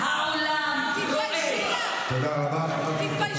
איך אפשר